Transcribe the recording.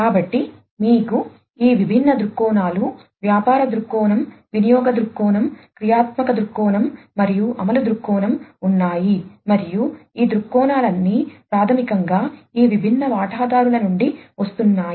కాబట్టి మీకు ఈ విభిన్న దృక్కోణాలు వ్యాపార దృక్కోణం వినియోగ దృక్కోణం క్రియాత్మక దృక్పథం మరియు అమలు దృక్కోణం ఉన్నాయి మరియు ఈ దృక్కోణాలన్నీ ప్రాథమికంగా ఈ విభిన్న వాటాదారుల నుండి వస్తున్నాయి